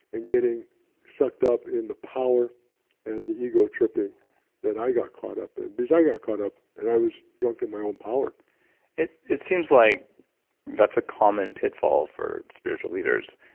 and getting sucked up in the power and the ego-tripping that i got caught up in. because i got caught up, and i was drunk in my own power it it seems like that's a common pitfall for spiritual leaders.